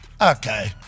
okay